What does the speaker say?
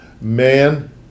man